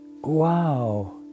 Wow